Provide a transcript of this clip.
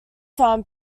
farm